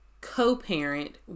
co-parent